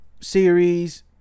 Series